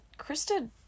Krista